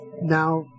Now